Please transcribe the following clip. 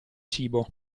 cibo